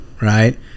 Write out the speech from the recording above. right